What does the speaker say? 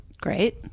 Great